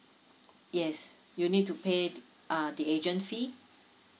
yes you need to pay uh the agent fee